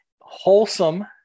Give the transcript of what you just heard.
wholesome